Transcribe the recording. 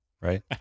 right